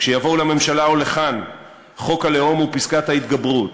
כשיבואו לממשלה ולכאן חוק הלאום או פסקת ההתגברות,